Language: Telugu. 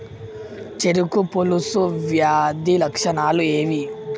చెరుకు పొలుసు వ్యాధి లక్షణాలు ఏవి?